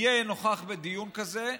יהיה נוכח בדיון כזה,